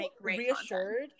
reassured